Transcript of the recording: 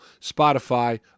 Spotify